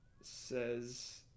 says